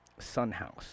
Sunhouse